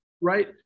right